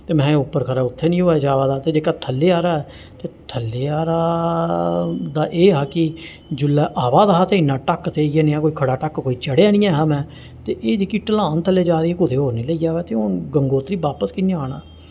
ते मेहें उप्पर खरै उत्थें निं होऐ जा दा ते जेह्का थल्ले आह्ला ऐ ते थल्ले आह्ला दा एह् हा कि जुल्लै आवा दा हा ते इ'न्ना ढक्क देइयै निहां हा कोई खड़ा ढक्क कोई चढ़ेआ निं ऐहा में ते एह् जेह्की ढलान थल्ले जा दी एह् कुतै होर निं लेई जावै ते हून गंगोत्री बापस कि'यां आना